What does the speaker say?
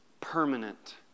permanent